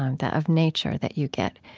and of nature that you get,